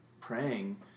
praying